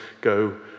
go